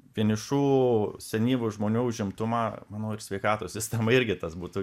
vienišų senyvų žmonių užimtumą manau ir sveikatos sistemai irgi tas būtų